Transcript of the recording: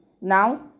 Now